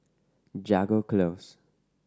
Jago Close